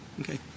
Okay